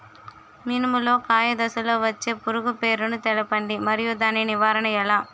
మినుము లో కాయ దశలో వచ్చే పురుగు పేరును తెలపండి? మరియు దాని నివారణ ఎలా?